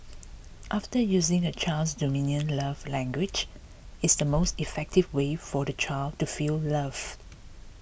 after using a child's dominant love language is the most effective way for the child to feel loved